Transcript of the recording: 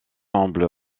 semble